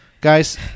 guys